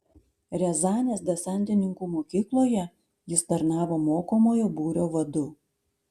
riazanės desantininkų mokykloje jis tarnavo mokomojo būrio vadu